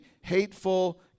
hateful